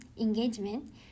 engagement